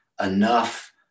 enough